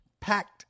packed